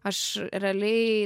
aš realiai